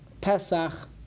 Pesach